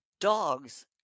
dogs